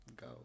go